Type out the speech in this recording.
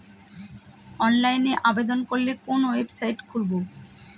অনলাইনে আবেদন করলে কোন ওয়েবসাইট খুলব?